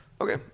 Okay